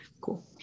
Cool